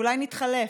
ואולי נתחלף,